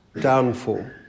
downfall